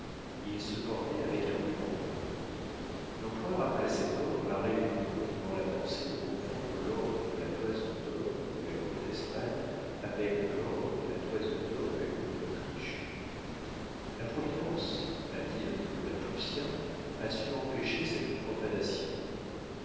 il se portait avec un ruban bleu l'empereur appela cet ordre la réunion dans la pensée de confondre l'ordre de la toison dor de la cour d'espagne avec l'ordre de la toison dor de la cour d'autriche la providence a dit un diplomate prussien a su empêcher cette profanation